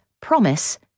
promise